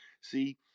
See